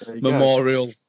Memorial